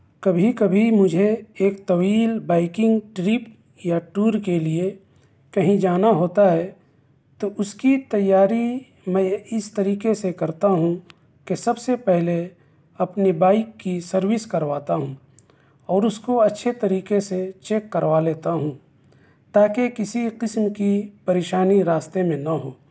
کبھی کبھی مجھے ایک طویل بائیکنگ ٹرپ یا ٹور کے لئے کہیں جانا ہوتا ہے تو اس کی تیاری میں اس طریقے سے کرتا ہوں کہ سب سے پہلے اپنے بائک کی سروس کرواتا ہوں اور اس کو اچھے طریقے سے چیک کروا لیتا ہوں تاکہ کسی قسم کی پریشانی راستے میں نہ ہو